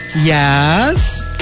Yes